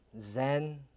zen